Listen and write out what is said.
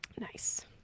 nice